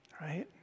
Right